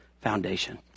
foundation